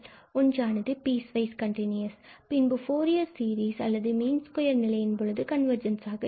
ஒன்றானது piecewise continuous எனில் பின்பு ஃபூரியர் சீரிஸ் அல்லது மீன் ஸ்கொயர் நிலையின்போது கன்வர்ஜென்ஸ் ஆக இருக்கும்